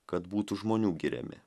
kad būtų žmonių giriami